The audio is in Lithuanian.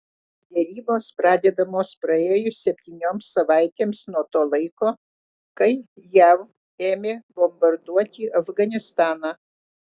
derybos pradedamos praėjus septynioms savaitėms nuo to laiko kai jav ėmė bombarduoti afganistaną